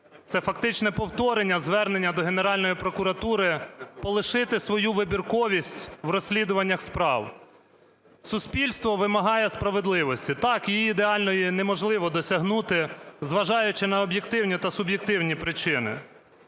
це фактично повторення звернення до Генеральної прокуратури полишити свою вибірковість у розслідуваннях справ. Суспільство вимагає справедливості. Так, її ідеальної неможливо досягнути, зважаючи на об'єктивні та суб'єктивні причини.